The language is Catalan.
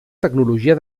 tecnologia